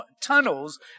tunnels